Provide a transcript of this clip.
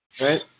right